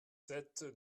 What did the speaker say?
sept